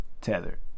tether